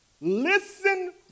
Listen